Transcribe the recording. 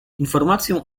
informację